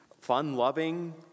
fun-loving